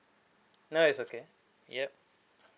no it's okay yup